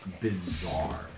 bizarre